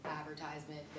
advertisement